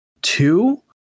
Two